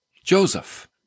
Joseph